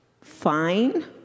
fine